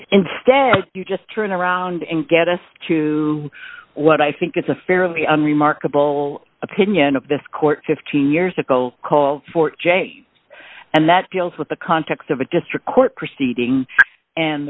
instead you just turn around and get us to what i think is a fairly unremarkable opinion of this court fifteen years ago called for and that deals with the context of a district court proceeding and